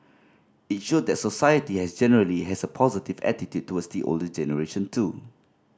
it showed that society has generally has a positive attitude towards the older generation too